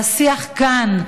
בשיח כאן,